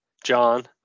john